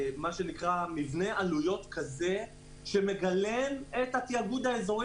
מבנה עלויות שמגלם את התיאגוד האזורי